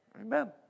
Amen